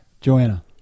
Joanna